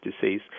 disease